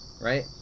right